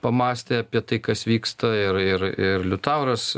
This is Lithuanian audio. pamąstė apie tai kas vyksta ir ir ir liutauras